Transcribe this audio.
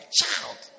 child